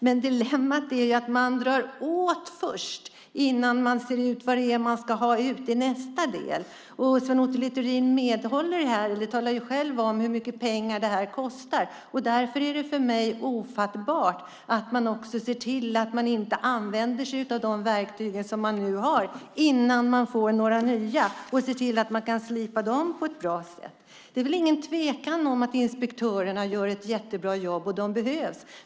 Men dilemmat är att man drar åt först innan man ser vad man ska få ut i nästa del. Sven Otto Littorin talar själv om hur mycket pengar det kostar. Därför är det för mig ofattbart att man inte ser till att använda de verktyg som man nu har och slipar dem på ett bra sätt innan man får några nya. Det är ingen tvekan om att inspektörerna gör ett jättebra jobb, och de behövs.